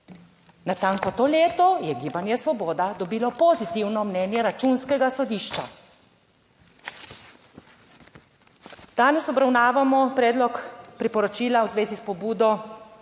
Natanko to leto je Gibanje Svoboda dobilo pozitivno mnenje Računskega sodišča. Danes obravnavamo predlog priporočila v zvezi s pobudo